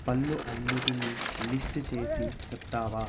పళ్ళు అన్నిటినీ లిస్టు చేసి చెప్తావా